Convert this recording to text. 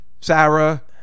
Sarah